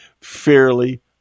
fairly